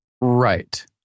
Right